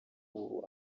ubu